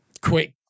quick